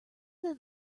that